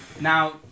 Now